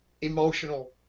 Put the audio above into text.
emotional